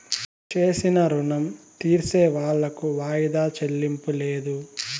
చేసిన రుణం తీర్సేవాళ్లకు వాయిదా చెల్లింపు లేదు